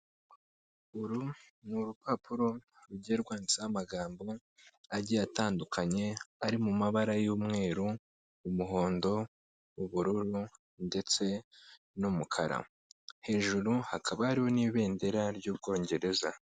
Uru ni urupapuro rugiye rwanditseho amagambo agiye atandukanye ari mu mabara y'umweru, umuhondo, ubururu ndetse n'umukara, hejuru hakaba hariho n'ibendera ry'Ubwongereza.